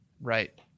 Right